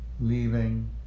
leaving